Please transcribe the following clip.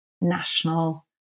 national